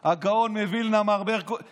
לאן הוביל אותנו הגאון מווילנה מר מנדלבליט,